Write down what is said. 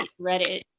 Reddit